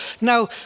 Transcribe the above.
now